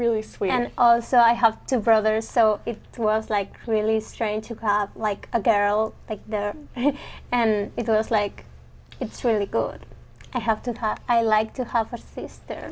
really sweet and also i have to brothers so it was like really strange to come like a girl like that and it was like it's really good i have to i like to have a